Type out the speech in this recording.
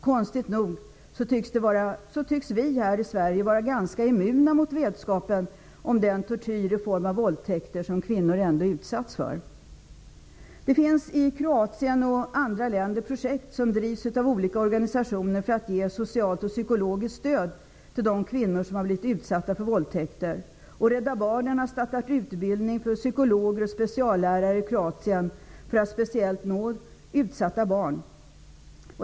Konstigt nog tycks vi här i Sverige vara ganska immuna mot vetskapen om den tortyr i form av våldtäkter som kvinnor ändå utsatts för. Det finns i Kroatien och en del andra länder projekt som drivs av olika organisationer för att ge socialt och psykologiskt stöd till de kvinnor som har blivit utsatta för våldtäkter. Rädda barnen har startat utbildning för psykologer och speciallärare i Kroatien, speciellt för att nå utsatta barn.